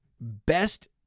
best